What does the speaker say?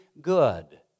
good